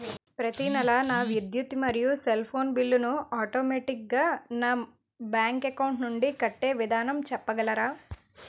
ప్రతి నెల నా విద్యుత్ మరియు సెల్ ఫోన్ బిల్లు ను ఆటోమేటిక్ గా నా బ్యాంక్ అకౌంట్ నుంచి కట్టే విధానం చెప్పగలరా?